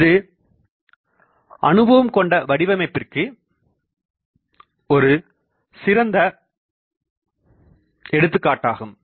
இது அனுபவம் கொண்ட வடிவமைப்பிற்கு ஒருசிறந்த எடுத்துக்காட்டாகும்